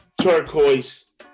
turquoise